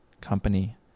company